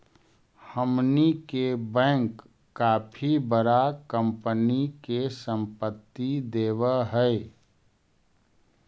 हमनी के बैंक काफी बडा कंपनी के संपत्ति देवऽ हइ